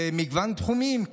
במגוון תחומים,